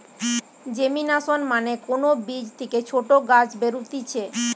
germination মানে কোন বীজ থেকে ছোট গাছ বেরুতিছে